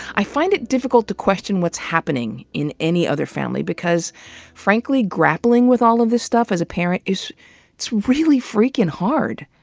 i find it difficult to question what's happening in any other family because frankly grappling with all this stuff as a parent is really freaking hard.